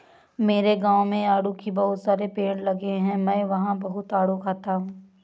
मेरे गाँव में आड़ू के बहुत सारे पेड़ लगे हैं मैं वहां बहुत आडू खाता हूँ